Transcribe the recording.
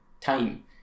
time